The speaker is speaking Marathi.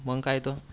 मग काय तर